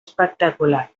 espectacular